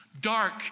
Dark